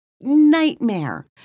nightmare